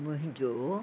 मुंहिंजो